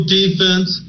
defense